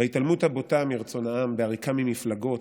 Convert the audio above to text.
בהתעלמות הבוטה מרצון העם, בעריקה ממפלגות,